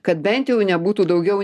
kad bent jau nebūtų daugiau